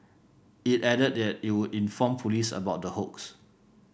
it added that it would inform police about the hoax